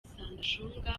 sendashonga